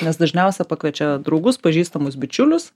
nes dažniausia pakviečia draugus pažįstamus bičiulius